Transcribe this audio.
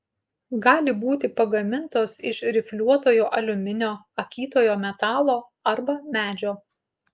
gali būti pagamintos iš rifliuotojo aliuminio akytojo metalo arba medžio